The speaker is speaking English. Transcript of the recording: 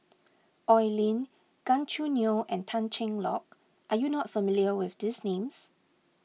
Oi Lin Gan Choo Neo and Tan Cheng Lock are you not familiar with these names